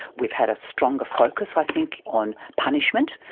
we've had a stronger focus i think on punishment,